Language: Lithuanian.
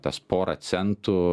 tas porą centų